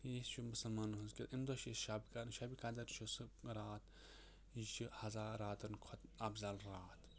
یہِ چھُ مُسلمانَن ہٕنٛز کہِ اَمہِ دۄہ چھِ أسۍ شَب کَران یہ چھُ سُہ راتھ یہِ چھُ ہزار راتن کھۄتہٕ اَفضل راتھ